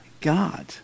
God